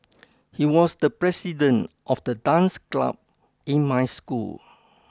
he was the president of the dance club in my school